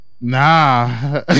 Nah